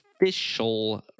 official